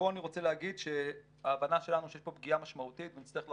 פה אני רוצה להגיד שההבנה שלנו שיש פה פגיעה משמעותית ונצטרך לחשוב,